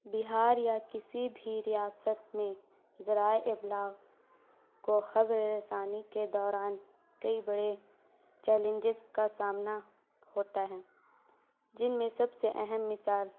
بہار یا کسی بھی ریاست میں ذرائع ابلاغ کو خبر رسانی کے دوران کئی بڑے چیلنجز کا سامنا ہوتا ہے جن میں سب سے اہم مثال